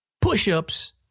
push-ups